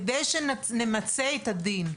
כדי שנמצה את הדין.